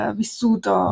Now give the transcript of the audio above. vissuto